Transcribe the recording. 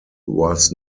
was